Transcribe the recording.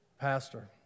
Pastor